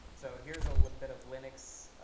so here's a like bit of linux,